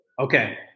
Okay